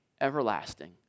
everlasting